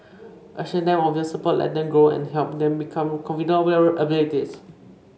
assure them of your support let them grow and help them become confident about their abilities